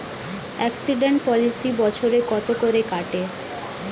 Accident policy বছরে কত করে কাটে?